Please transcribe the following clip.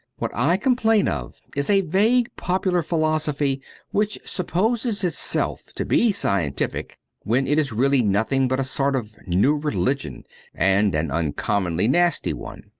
what i complain of is a vague popular philosophy which supposes itself to be scientific when it is really nothing but a sort of new religion and an uncommonly nasty one.